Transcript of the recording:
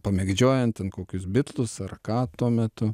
pamėgdžiojant ten kokius bitlus ar ką tuo metu